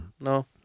no